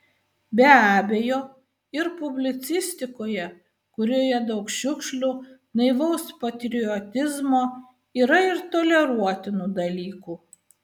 be abejo ir publicistikoje kurioje daug šiukšlių naivaus patriotizmo yra ir toleruotinų dalykų